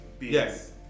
Yes